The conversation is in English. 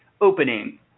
opening